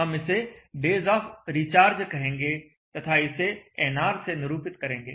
हम इसे days of recharge कहेंगे तथा इसे nr से निरूपित करेंगे